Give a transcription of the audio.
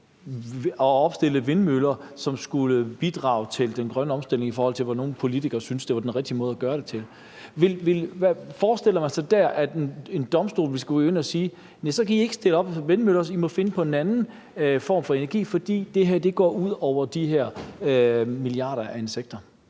at opstille vindmøller, som skulle bidrage til den grønne omstilling, hvilket nogle politikere synes var den rigtige måde at gøre det på. Forestiller man sig, at en domstol vil skulle gå ind og sige: Næ, så kan I ikke stille vindmøller op; I må finde på en anden form for energi, fordi det her går ud over de her milliarder af insekter?